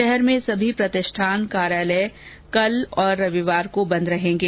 शहर में सभी प्रतिष्ठान कार्यालय कल और रविवार को बंद रहेंगे